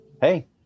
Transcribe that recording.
Hey